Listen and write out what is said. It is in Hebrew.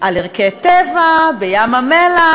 על הכינרת, על ערכי טבע, בים-המלח.